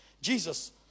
Jesus